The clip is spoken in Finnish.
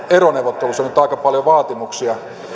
eroneuvotteluissa nyt aika paljon vaatimuksia